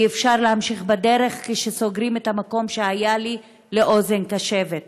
אי-אפשר להמשיך בדרך כשסוגרים את המקום שהיה לי לאוזן קשבת,